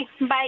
Bye